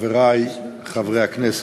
חברי חברי הכנסת,